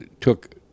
took